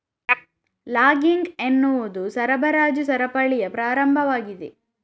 logging ಎನ್ನುವುದು ಸರಬರಾಜು ಸರಪಳಿಯ ಪ್ರಾರಂಭವಾಗಿದೆ